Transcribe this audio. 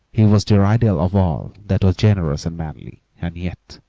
he was their ideal of all that was generous and manly, and yet